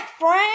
Frank